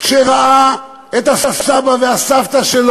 שראה את הסבא והסבתא שלו,